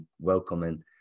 welcoming